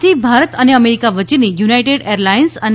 આજથી ભારત અને અમેરિકા વચ્ચેની યુનાઈટેડ એરલાઇન્સ અને